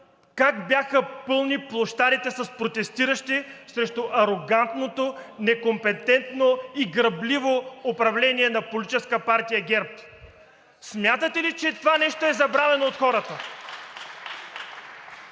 как бяха пълни площадите с протестиращи срещу арогантното, некомпетентно и грабливо управление на Политическа партия ГЕРБ? Смятате ли, че това е забравено от хората?